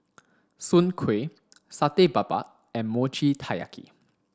Soon Kway Satay Babat and Mochi Taiyaki